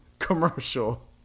commercial